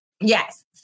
yes